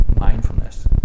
Mindfulness